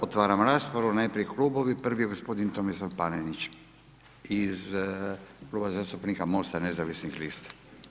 Otvaram raspravu, najprije klubovi, prvi gospodin Tomislav Panenić, iz Kluba zastupnika Mosta nezavisnih lista.